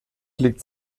liegt